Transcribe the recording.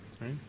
right